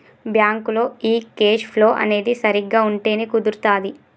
బ్యాంకులో ఈ cash flow అనేది సరిగ్గా ఉంటేనే కుదురుతాది